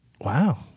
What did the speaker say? Wow